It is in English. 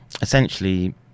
essentially